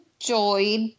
enjoyed